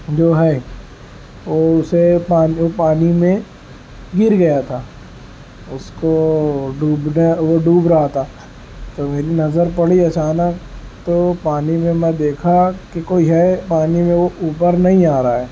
جو ہے وہ اسے پانی پانی میں گر گیا تھا اس کو ڈوبنا وہ ڈوب رہا تھا تو میری نظر پڑی اچانک تو پانی میں میں دیکھا کہ کوئی ہے پانی میں وہ اوپر نہیں آ رہا ہے